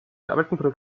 bearbeiteten